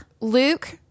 Luke